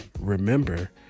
remember